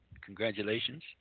congratulations